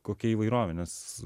kokia įvairovė nes